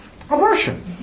Aversion